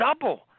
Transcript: double